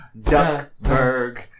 Duckburg